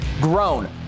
grown